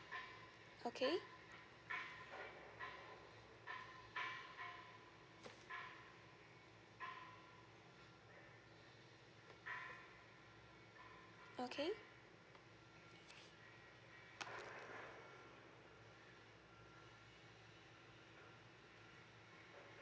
okay okay